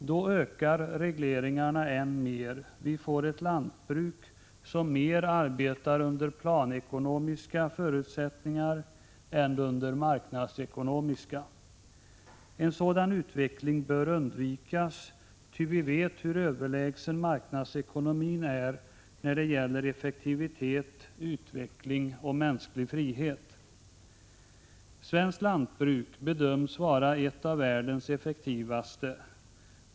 Då ökar regleringarna än mer, och vi får ett lantbruk som mer arbetar under planekonomiska förutsättningar än under marknadsekonomiska. En sådan utveckling bör undvikas, ty vi vet hur överlägsen marknadsekonomin är när det gäller effektivitet, utveckling och mänsklig frihet. Svenskt lantbruk bedöms vara ett av världens effektivaste.